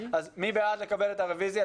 מי בעד לקבל את הרוויזיה?